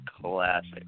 classic